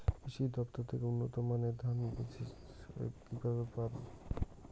কৃষি দফতর থেকে উন্নত মানের ধানের বীজ কিভাবে পাব?